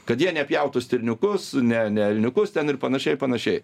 kad jie nepjautų stirniukus ne ne elniukus ten ir panašiai ir panašiai